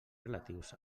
relatius